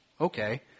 Okay